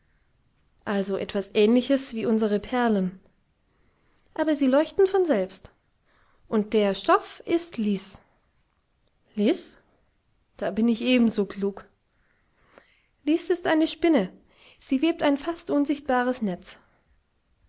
also etwas ähnliches wie unsere perlen aber sie leuchten von selbst und der stoff ist lis lis da bin ich ebenso klug lis ist eine spinne sie webt ein fast unsichtbares netz